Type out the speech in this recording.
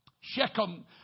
Shechem